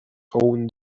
own